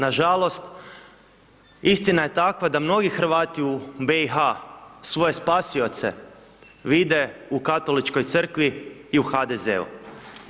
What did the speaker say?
Na žalost istina je takva da mnogi Hrvati u BIH svoje spasioce vide u Katoličkoj crkvi i u HDZ-u.